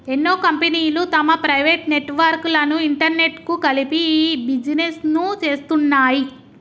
ఎన్నో కంపెనీలు తమ ప్రైవేట్ నెట్వర్క్ లను ఇంటర్నెట్కు కలిపి ఇ బిజినెస్ను చేస్తున్నాయి